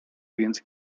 więc